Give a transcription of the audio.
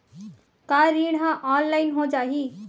का ऋण ह ऑनलाइन हो जाही?